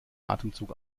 atemzug